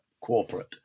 corporate